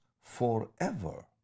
forever